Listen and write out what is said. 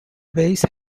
base